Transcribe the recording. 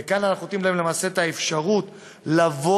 וכאן אנחנו נותנים להם למעשה את האפשרות לבוא